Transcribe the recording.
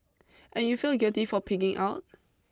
and you feel guilty for pigging out